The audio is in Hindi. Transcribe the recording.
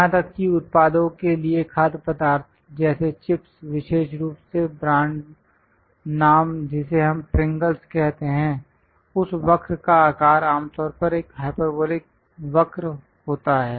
यहां तक कि उत्पादों के लिए खाद्य पदार्थ जैसे चिप्स विशेष रूप से ब्रांड नाम जिसे हम प्रिंगल्स कहते हैं उस वक्र का आकार आमतौर पर एक हाइपरबोलिक वक्र होता है